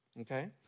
Okay